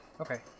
Okay